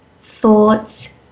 thoughts